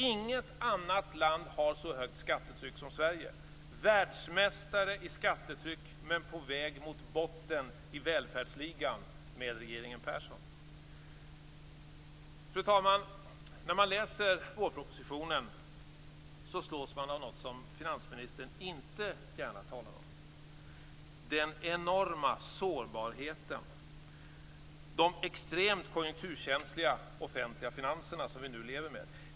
Inget annat land har så högt skattetryck som Sverige - världsmästare i skattetryck, men på väg mot botten i välfärdsligan med regeringen Persson. Fru talman! När man läser vårpropositionen slås man av något som finansministern inte gärna talar om: Den enorma sårbarheten och de extremt konjunkturkänsliga offentliga finanser som vi nu lever med.